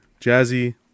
Jazzy